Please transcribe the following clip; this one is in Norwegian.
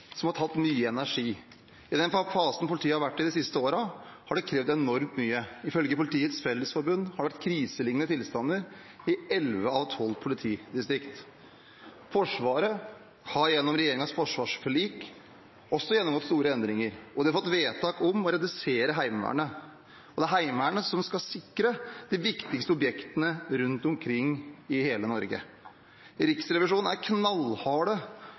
som har tatt mye energi. I den fasen politiet har vært i de siste årene, har det krevd enormt mye. Ifølge Politiets Fellesforbund har det vært kriselignende tilstander i elleve av tolv politidistrikt. Forsvaret har gjennom regjeringens forsvarsforlik også gjennomgått store endringer, og man har fått vedtak om å redusere Heimevernet. Det er Heimevernet som skal sikre de viktigste objektene rundt omkring i hele Norge. Riksrevisjonen er